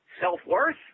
self-worth